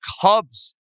Cubs